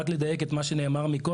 רק כדי לדייק את מה שנאמר מקודם,